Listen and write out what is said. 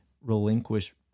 relinquish